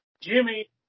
Jimmy